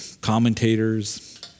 commentators